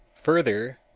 further,